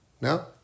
No